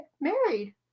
married